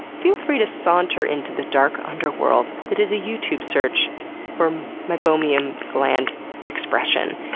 feel free to saunter into the dark underworld that is a youtube search for meibomian gland expression,